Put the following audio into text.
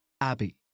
Abby